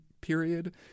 period